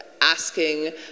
asking